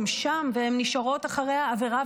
הן שם והן נשארות אחרי העבירה,